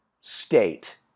state